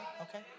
Okay